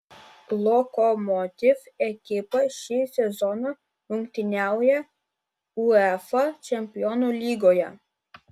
lokomotiv ekipa šį sezoną rungtyniauja uefa čempionų lygoje